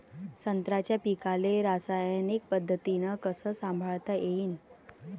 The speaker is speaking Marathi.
संत्र्याच्या पीकाले रासायनिक पद्धतीनं कस संभाळता येईन?